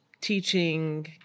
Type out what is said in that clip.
teaching